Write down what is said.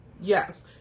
Yes